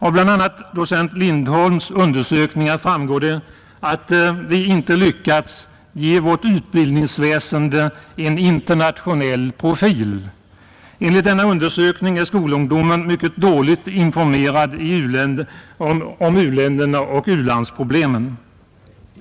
Av bl.a. docent Lindholms undersökningar framgår att vi inte lyckats ge vårt utbildningsväsende en internationell profil. Enligt denna undersökning är skolungdomar mycket C'ligt informerade om u-länderna och u-landsproblemen.